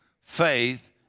faith